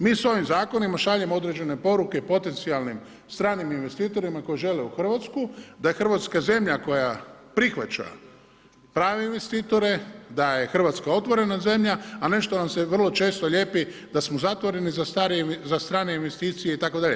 Mi s ovim zakonima šaljemo određene poruke potencijalnim stranim investitorima koji žele u Hrvatsku, da je Hrvatska zemlja koja prihvaća prave investitore, da je Hrvatska otvorena zemlja, a ne što nam se vrlo često lijepi da smo zatvoreni za strane investicije itd.